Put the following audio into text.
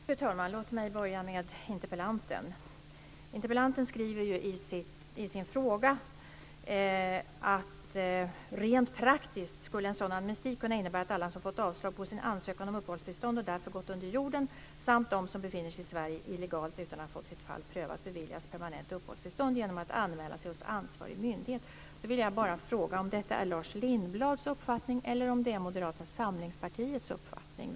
Fru talman! Låt mig börja med interpellanten. Interpellanten skriver ju så här i sin fråga: "Rent praktiskt skulle en sådan amnesti kunna innebära att alla som fått avslag på sin ansökan om uppehållstillstånd och därför gått under jorden, samt de som befinner sig i Sverige illegalt utan att ha fått sitt fall prövat, beviljas permanent uppehållstillstånd genom att anmäla sig hos ansvarig myndighet." Jag vill bara fråga om detta är Lars Lindblads uppfattning eller om det är Moderata samlingspartiets uppfattning.